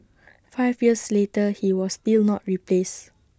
five years later he was still not replaced